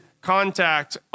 contact